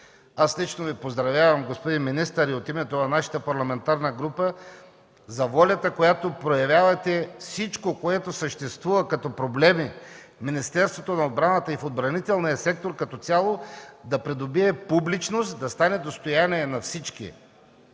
лично Ви поздравявам, и от името на нашата парламентарна група, за волята, която проявявате – всичко, което съществува като проблеми в Министерството на отбраната и в отбранителния сектор като цяло, да придобие публичност, да стане достояние на всички,